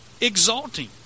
exalting